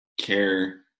care